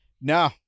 no